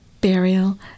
burial